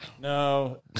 No